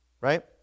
right